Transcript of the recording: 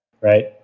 right